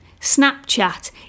Snapchat